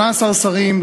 18 שרים,